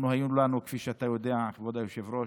כפי שאתה יודע, כבוד היושב-ראש,